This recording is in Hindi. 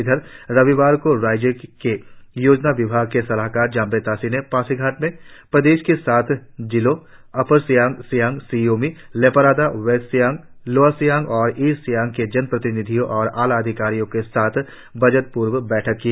इधर रविवार को राज्य के योजना विभाग के सलाहकार जाम्बे तासी ने पासीघाट में प्रदेश के सात जिलों upper Siang Siang Shi Yomi Leparada west Siang lower Siang और ईस्ट सियांग के जनप्रतिनिधियों और आलाधिकारियों के साथ बजट प्रर्व बैठक की